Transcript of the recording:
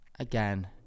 again